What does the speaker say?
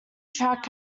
track